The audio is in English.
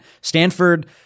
Stanford